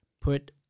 put